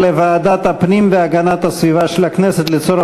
לדיון מוקדם בוועדת הפנים והגנת הסביבה נתקבלה.